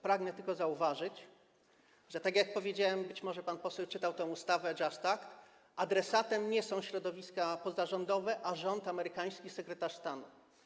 Pragnę tylko zauważyć, że tak jak powiedziałem - być może pan poseł czytał ustawę JUST Act - adresatem nie są środowiska pozarządowe, a rząd amerykański, sekretarz stanu.